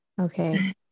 Okay